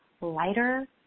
lighter